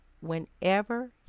whenever